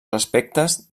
aspectes